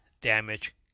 damage